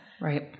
Right